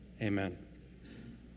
amen